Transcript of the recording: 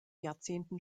jahrzehnten